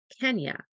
Kenya